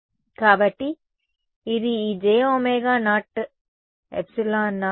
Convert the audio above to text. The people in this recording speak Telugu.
కాబట్టి ఇది ఈ jωε0 T × Ez z